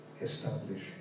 establish